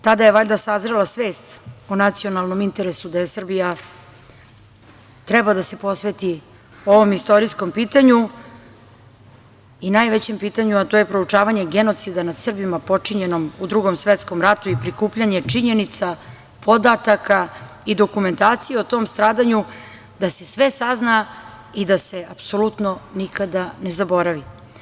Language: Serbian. Tada je valjda sazrela svest o nacionalnom interesu da Srbija treba da se posveti ovom istorijskom pitanju i najvećem pitanju, a to je proučavanje genocida nad Srbima počinjenom u Drugom svetskom ratu i prikupljanje činjenica, podataka i dokumentacije o tom stradanju, da se sve sazna i da se apsolutno nikada ne zaboravi.